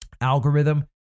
algorithm